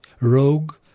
rogue